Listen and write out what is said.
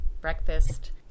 breakfast